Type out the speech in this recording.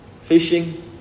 fishing